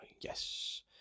yes